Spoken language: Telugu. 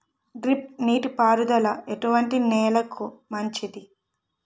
డ్రిప్ నీటి పారుదల ఎటువంటి నెలలకు మంచిది?